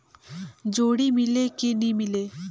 जोणी मीले कि नी मिले?